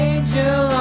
Angel